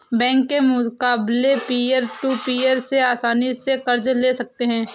bank के मुकाबले peer to peer से आसनी से कर्ज ले सकते है